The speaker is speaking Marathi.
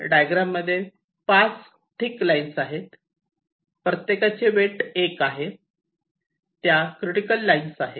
डायग्राम मध्ये 5 थिक लाईन्स आहेत प्रत्येकाचे वेट 1 आहे त्या क्रिटिकल लाईन्स आहेत